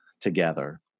together